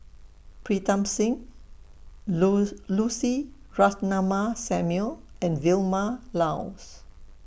Pritam Singh Lucy Ratnammah Samuel and Vilma Laus